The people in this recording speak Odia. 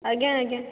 ଆଜ୍ଞା ଆଜ୍ଞା